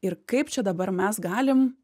ir kaip čia dabar mes galim